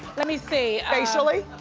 let me see. facially?